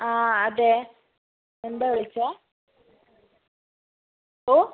ആ അതെ എന്താണ് വിളിച്ചത് ഓ